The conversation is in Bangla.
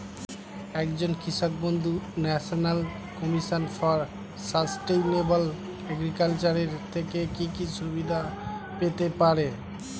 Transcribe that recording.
একজন কৃষক বন্ধু national commission for sustainable agriculture এর থেকে কি কি সুবিধা পেতে পারে?